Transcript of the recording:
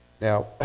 Now